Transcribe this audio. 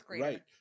right